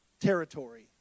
territory